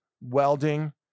welding